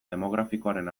demografikoaren